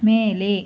ಮೇಲೆ